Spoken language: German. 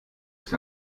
ist